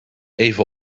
even